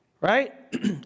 right